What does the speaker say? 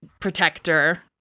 protector